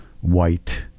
white